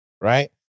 right